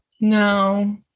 No